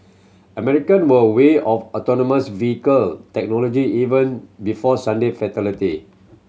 American were wary of autonomous vehicle technology even before Sunday fatality